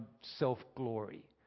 self-glory